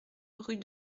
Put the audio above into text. rue